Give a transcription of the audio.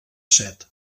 set